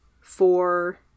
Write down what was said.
four